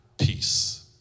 peace